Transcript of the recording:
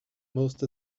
most